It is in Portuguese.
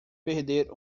perder